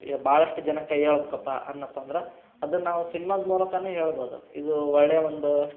ಭಾಳಷ್ಟ್ ಜನಕ್ಕೆ ಹೇಳ್ಬೇಕಪ್ಪ ಅಂದೆನಪ್ಪ ಅಂದ್ರೆ ಅದನ್ನು ನಾವು ಸಿನ್ಮಾದ ಮೂಲಕಾನೂ ಹೇಳ್ಬೋದು ಇದು ಒಳ್ಳೆಯ ಒಂದು